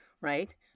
right